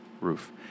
roof